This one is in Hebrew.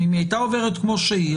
לו היתה עוברת כמו שהיא,